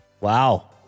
Wow